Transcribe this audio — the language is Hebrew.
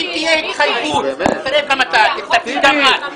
לצערי הרב.